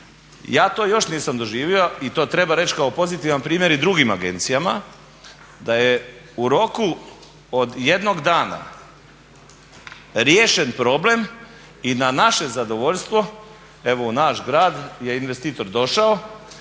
Ja to još nisam doživio i to treba reći kao pozitivan primjer i drugim agencijama da je u roku od 1 dana riješen problem i na naše zadovoljstvo evo u naš grad je investitor došao